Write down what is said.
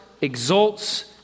exalts